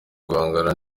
guhangana